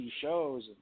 shows